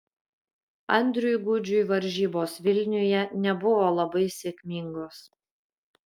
andriui gudžiui varžybos vilniuje nebuvo labai sėkmingos